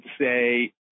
say